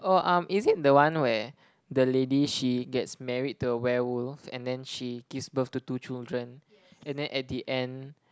oh um is it the one where the lady she gets married to a werewolf and then she gives birth to two children and then at the end